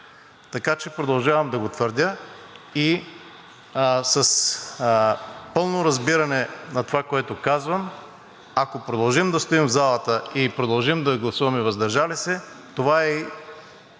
Така че продължавам да го твърдя. И с пълно разбиране на това, което казвам, ако продължим да стоим в залата и продължим да гласуваме „въздържал се“, това е и